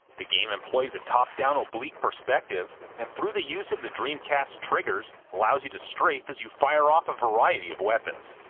the game employs a top-down oblique perspective, and through the use of the dreamcast's triggers allows you to strafe as you fire off a variety of weapons.